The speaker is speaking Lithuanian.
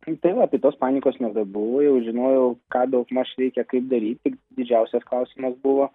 tai va tai tos panikos nebebuvo jau žinojau ką daugmaž reikia kaip daryti didžiausias klausimas buvo